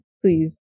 please